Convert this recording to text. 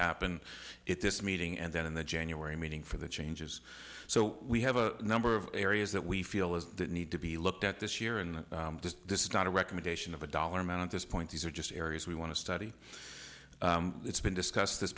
happen at this meeting and then in the january meeting for the changes so we have a number of areas that we feel is need to be looked at this year and this is not a recommendation of a dollar amount at this point these are just areas we want to study it's been discussed this